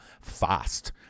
fast